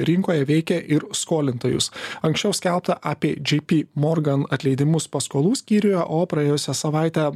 rinkoje veikia ir skolintojus anksčiau skelbta apie džy py morgan atleidimus paskolų skyriuje o praėjusią savaitę